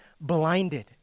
blinded